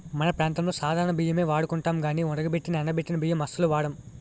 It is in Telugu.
మన ప్రాంతంలో సాధారణ బియ్యమే ఒండుకుంటాం గానీ ఉడకబెట్టి ఎండబెట్టిన బియ్యం అస్సలు వాడం